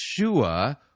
Yeshua